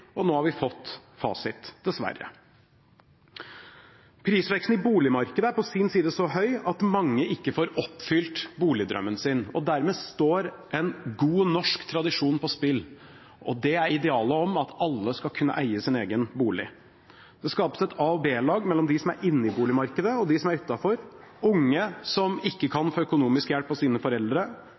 og nå har vi fått fasiten – dessverre. Prisveksten i boligmarkedet er på sin side så høy at mange ikke får oppfylt boligdrømmen sin, og dermed står en god norsk tradisjon på spill, og det er idealet om at alle skal kunne eie sin egen bolig. Det skapes et A- og B-lag mellom dem som er inne i boligmarkedet, og dem som er utenfor. Unge som ikke kan få økonomisk hjelp av sine foreldre,